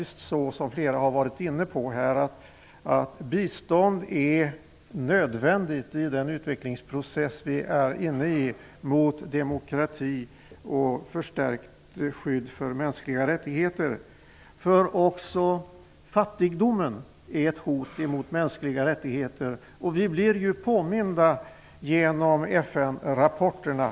Som flera har varit inne på är bistånd nödvändigt i den utvecklingsprocess mot demokrati och förstärkt skydd för mänskliga rättigheter som vi är inne i. Också fattigdomen är ett hot emot mänskliga rättigheter, vilket vi blir påminda om genom FN rapporterna.